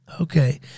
Okay